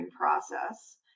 process